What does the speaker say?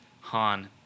Han